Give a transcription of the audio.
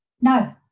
no